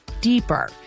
deeper